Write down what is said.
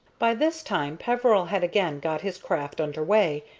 by this time peveril had again got his craft under way,